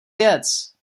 věc